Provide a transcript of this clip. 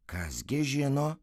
kas gi žino